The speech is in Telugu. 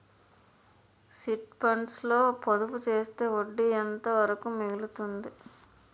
చిట్ ఫండ్స్ లో పొదుపు చేస్తే వడ్డీ ఎంత వరకు మిగులుతుంది?